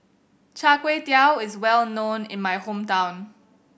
Char Kway Teow is well known in my hometown